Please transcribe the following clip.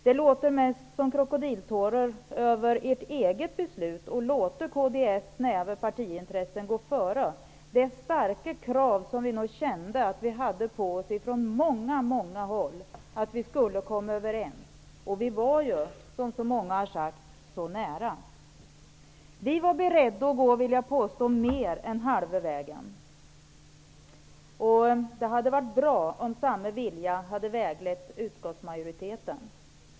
Det låter mest som om det vore krokodiltårar över ert eget beslut att låta kds snäva partiintressen gå före det starka kravet på att vi skulle komma överens, som vi kände att vi hade på oss från många håll. Som så många här har sagt var vi ju så nära. Vi var beredda att gå längre än halva vägen. Det hade varit bra om samma vilja hade väglett utskottsmajoriteten.